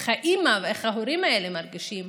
איך האימא, איך ההורים האלה מרגישים